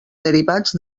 derivats